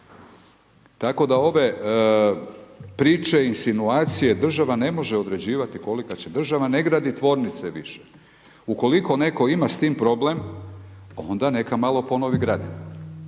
Tako da ove priče, insinuacije država ne može određivati kolika će, država ne gradi tvornice više. Ukoliko netko ima s tim problem, onda neka malo ponovi gradivo.